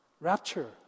rapture